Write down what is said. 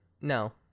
no